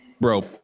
bro